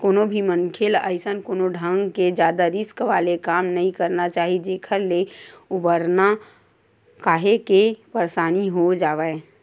कोनो भी मनखे ल अइसन कोनो ढंग के जादा रिस्क वाले काम नइ करना चाही जेखर ले उबरना काहेक के परसानी हो जावय